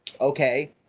okay